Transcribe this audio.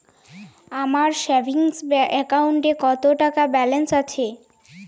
আমার সেভিংস অ্যাকাউন্টে কত টাকা ব্যালেন্স আছে?